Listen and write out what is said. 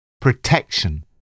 Protection